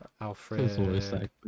alfred